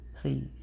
Please